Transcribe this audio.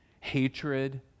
hatred